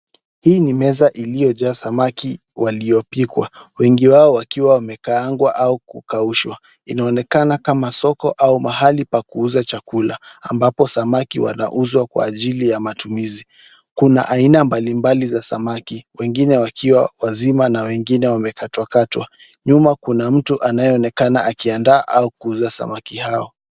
Hii ni meza iliyojaa samaki waliopikwa wengi wao wakiwa wamekaangwa au kukaushwa. Inaonekana kama soko au mahali pa kuuza chakula ambapo samaki wanauzwa kwa ajili ya matumizi. Kuna aina mbalimbali za samaki, wengine wakiwa wazima na wengine wamekatwakatwa. Nyuma kuna mtu anayeonekana akiandaa au kuuza samaki hao.